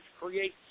create